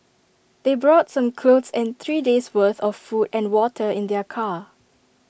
they brought some clothes and three days' worth of food and water in their car